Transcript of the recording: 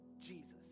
Jesus